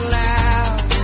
loud